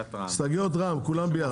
כולן יחד.